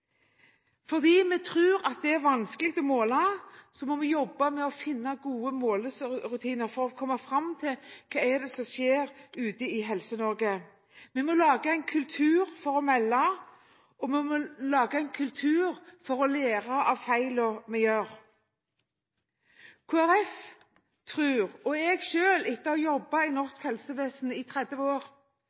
Fordi vi tror at det er vanskelig å måle, må vi jobbe med å finne gode målerutiner for å komme fram til hva det er som skjer ute i Helse-Norge. Vi må lage en kultur for å melde, og vi må lage en kultur for å lære av feilene vi gjør. Kristelig Folkeparti tror, og jeg selv tror etter å ha jobbet i norsk helsevesen i 30 år,